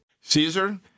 Caesar